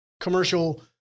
commercial